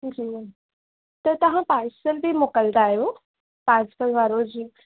जी त तव्हां पार्सल बि मोकिलींदा आहियो पार्सल वारो जीअं